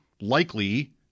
likely –